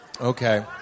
Okay